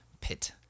pit